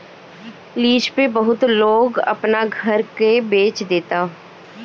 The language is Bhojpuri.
लीज पे बहुत लोग अपना घर के बेच देता